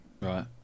Right